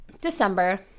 december